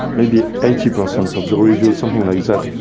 maybe eighty percent of the reviews, something like that,